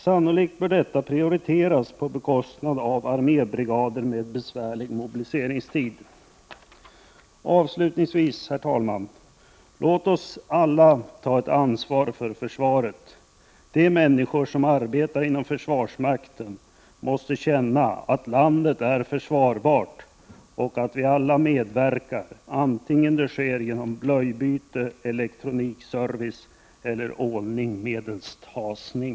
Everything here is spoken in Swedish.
Sannolikt bör detta prioriteras på bekostnad av armébrigader med besvärlig mobiliseringstid. Avslutningsvis, herr talman: Låt oss alla ta ett ansvar för försvaret. De människor som arbetar inom försvarsmakten måste känna att landet är försvarbart och att vi alla medverkar, vare sig det sker genom blöjbyte, elektronikservice eller ålning medelst hasning.